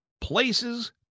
places